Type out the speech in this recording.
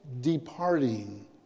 departing